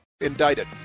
Indicted